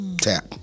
tap